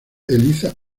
eliza